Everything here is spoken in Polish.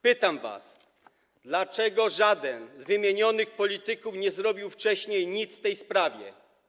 Pytam was: Dlaczego żaden z wymienionych polityków nie zrobił wcześniej nic w tej sprawie?